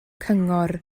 cyngor